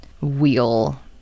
wheel